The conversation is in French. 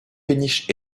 péniches